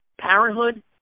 parenthood